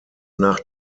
nach